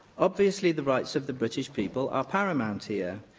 obviously, the rights of the british people are paramount here.